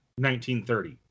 1930